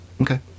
Okay